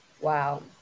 Wow